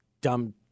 dumb